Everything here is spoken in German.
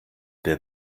der